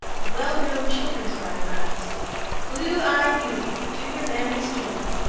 a well-known children's rhyme runs blue-eye beauty, do your mammy's duty!